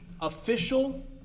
official